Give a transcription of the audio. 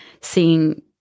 seeing –